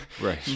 right